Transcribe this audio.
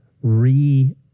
re